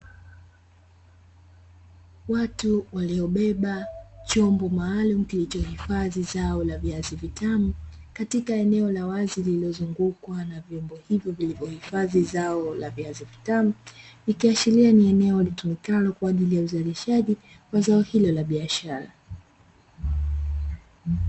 Watu waliobeba chombo maalumu kilicho hifadhi zao la viazi vitamu, katika eneo la wazi lililozungukwa na vyombo hivyo vilivyo hifadhi zao la viazi vitamu, ikiashiria ni eneo litumikalo kwa ajili ya uzalishaji wa zao hilo la biashara.